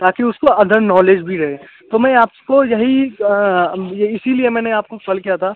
ताकि उसको other knowledge भी रहे तो मैं आपको यही ये इसी लिए मैंने आपको कॉल किया था